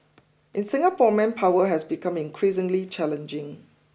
in Singapore manpower has become increasingly challenging